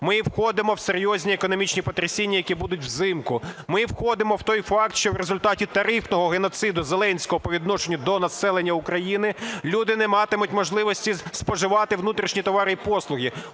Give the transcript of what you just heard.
ми входимо в серйозні економічні потрясіння, які будуть взимку, ми входимо в той факт, що в результаті тарифного геноциду Зеленського по відношенню до населення України, люди не матимуть можливості споживати внутрішні товари і послуги,